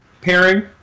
pairing